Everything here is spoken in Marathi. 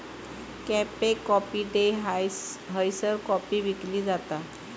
कॅफे कॉफी डे हयसर कॉफी विकली जाता